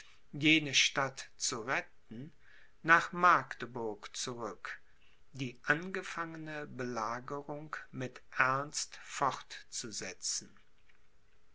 jene stadt zu retten nach magdeburg zurück die angefangene belagerung mit ernst fortzusetzen